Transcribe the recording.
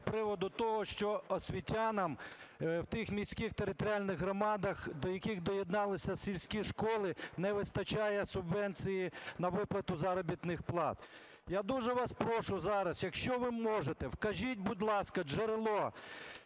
з приводу того, що освітянам у тих міських територіальних громадах, до яких доєдналися сільські школи, не вистачає субвенції на виплату заробітних плат. Я дуже вас прошу зараз, якщо ви можете, вкажіть, будь ласка, джерело,